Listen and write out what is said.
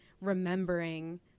remembering